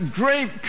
great